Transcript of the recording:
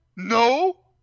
No